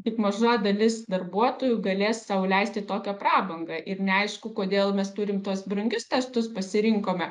tik maža dalis darbuotojų galės sau leisti tokią prabangą ir neaišku kodėl mes turim tuos brangius testus pasirinkome